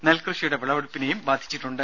നെൽകൃഷിയുടെ വിളവെടുപ്പിനെയും ബാധിച്ചിട്ടുണ്ട്